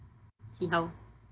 see how